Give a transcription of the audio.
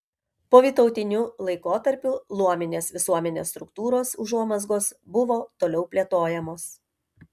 povytautiniu laikotarpiu luominės visuomenės struktūros užuomazgos buvo toliau plėtojamos